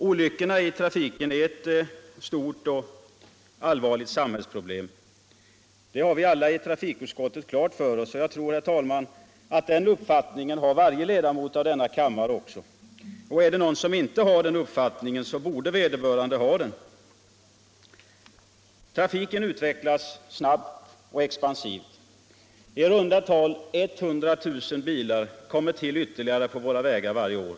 Olyckorna i trafiken är ett stort och allvarligt samhällsproblem. Det har vi alla i trafikutskottet klart för oss, och jag tror, herr talman, att den uppfattningen har varje ledamot av denna kammare. Har någon inte den uppfattningen, borde vederbörande ha den. Trafiken utvecklas snabbt och expansivt. I runda tal 100 000 bilar kommer till ytterligare på våra ar varje år.